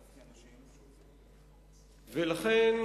ולכן,